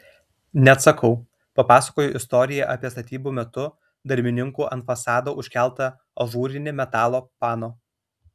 neatsakau papasakoju istoriją apie statybų metu darbininkų ant fasado užkeltą ažūrinį metalo pano